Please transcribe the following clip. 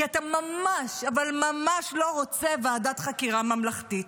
כי אתה ממש, אבל ממש, לא רוצה ועדת חקירה ממלכתית.